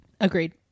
Agreed